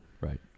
Right